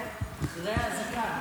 כן, אחרי האזעקה.